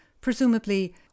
presumably